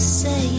say